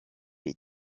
est